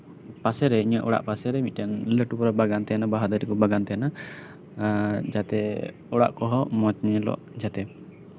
ᱯᱟᱥᱮᱨᱮ ᱤᱧᱟᱹᱜ ᱚᱲᱟᱜ ᱯᱟᱥᱮᱨᱮ ᱢᱤᱫ ᱴᱮᱱ ᱞᱟᱹᱴᱩ ᱯᱟᱨᱟ ᱵᱟᱜᱟᱱ ᱛᱟᱦᱮᱱᱟ ᱵᱟᱦᱟ ᱫᱟᱨᱮᱹ ᱠᱚ ᱵᱟᱜᱟᱱ ᱛᱟᱦᱮᱱᱟ ᱮᱫ ᱡᱟᱛᱮ ᱚᱲᱟᱜ ᱠᱚᱸᱦᱚᱸ ᱢᱚᱸᱡᱽ ᱧᱮᱞᱚᱜ ᱡᱟᱛᱮ